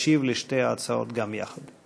ישיב לשתי ההצעות גם יחד.